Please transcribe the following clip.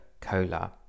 Cola